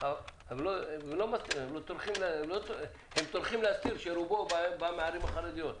אבל הם לא טורחים להזכיר שרובו בא מן הערים החרדיות.